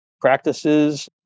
practices